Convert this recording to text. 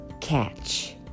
catch